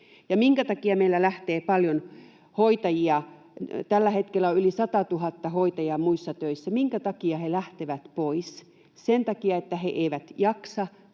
minkä takia meiltä lähtee paljon hoitajia — tällä hetkellä on yli 100 000 hoitajaa muissa töissä — minkä takia he lähtevät pois? Sen takia, että he eivät jaksa